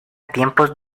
tiempos